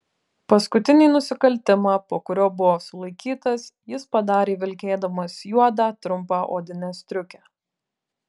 paskutinį nusikaltimą po kurio buvo sulaikytas jis padarė vilkėdamas juodą trumpą odinę striukę